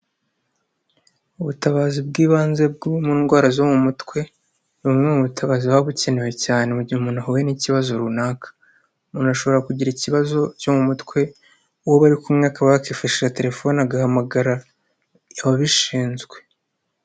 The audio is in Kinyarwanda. Ubutabazi bw'ibanze bwo mu ndwara zo mu mutwe, bumwe mu bitabazi buba bukenewe cyane mu gihe umuntu ahuye n'ikibazo runaka, umuntu ashobora kugira ikibazo cyo mu mutwe uwo bari kumwe akabakifashisha telefoni agahamagara ababishinzwe.